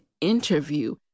interview